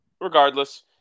regardless